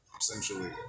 essentially